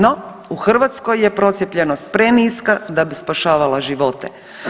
No, u Hrvatskoj je procijepljenost preniska da bi spašavala živote.